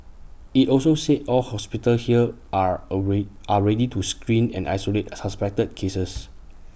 IT also said all hospitals here are aerie are ready to screen and isolate suspected cases